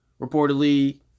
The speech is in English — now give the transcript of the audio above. reportedly